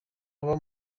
baba